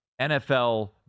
NFL